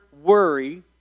worry